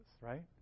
right